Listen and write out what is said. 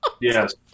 Yes